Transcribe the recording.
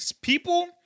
people